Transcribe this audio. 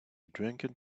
drunken